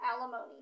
alimony